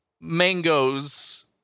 mangoes